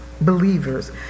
believers